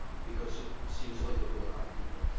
um because it seems like a good idea.